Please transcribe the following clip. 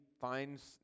finds